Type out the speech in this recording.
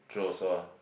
true also ah